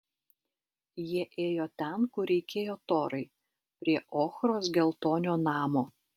jie ėjo ten kur reikėjo torai prie ochros geltonio namo